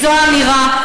זו אמירה.